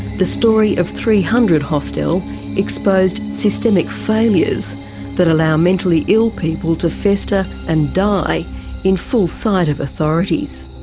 the story of three hundred hostel exposed systemic failures that allow mentally ill people to fester and die in full sight of authorities.